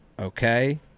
Okay